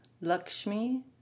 Lakshmi